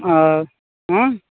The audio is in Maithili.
आ हँ